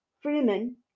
Freeman